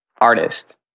artist